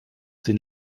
den